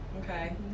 okay